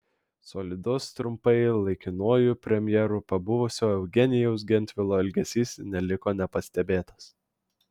solidus trumpai laikinuoju premjeru pabuvusio eugenijaus gentvilo elgesys neliko nepastebėtas